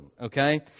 okay